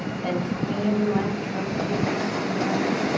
then squeeze and lift, rotate the ankle if it feels right.